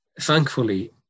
Thankfully